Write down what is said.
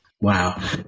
Wow